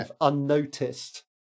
unnoticed